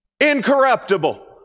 incorruptible